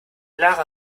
lara